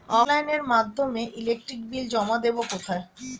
অফলাইনে এর মাধ্যমে ইলেকট্রিক বিল জমা দেবো কোথায়?